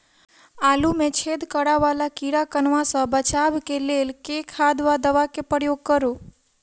आलु मे छेद करा वला कीड़ा कन्वा सँ बचाब केँ लेल केँ खाद वा दवा केँ प्रयोग करू?